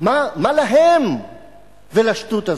מה להם ולשטות הזאת?